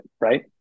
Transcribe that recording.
right